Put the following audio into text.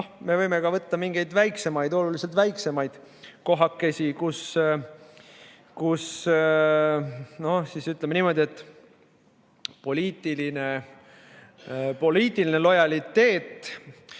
me võime võtta ka mingeid väiksemaid, oluliselt väiksemaid kohakesi, kus, ütleme niimoodi, poliitiline lojaliteet